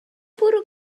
bwrw